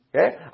Okay